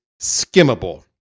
skimmable